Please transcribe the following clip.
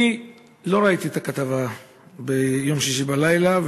אני לא ראיתי את הכתבה ביום שישי בלילה,